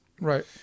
Right